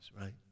right